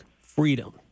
freedom